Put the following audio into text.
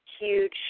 huge